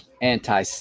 anti